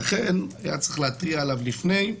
ולכן היה צריך להתריע עליו לפני.